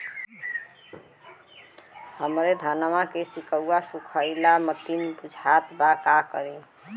हमरे धनवा के सीक्कउआ सुखइला मतीन बुझात बा का करीं?